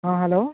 ᱦᱚᱸ ᱦᱮᱞᱳ